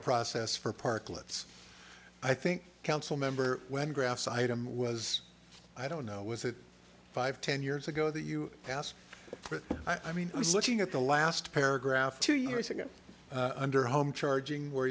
process for a park let's i think council member when graphs item was i don't know was it five ten years ago that you asked for it i mean i was looking at the last paragraph two years ago under home charging where